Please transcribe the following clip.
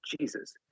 Jesus